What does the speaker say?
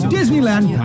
Disneyland